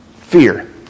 Fear